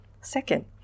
Second